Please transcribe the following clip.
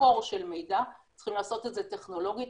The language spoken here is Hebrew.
ספור של מידע צריך לעשות את הניטור הזה טכנולוגית